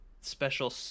special